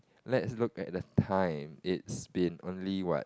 let's look at the time it's been only what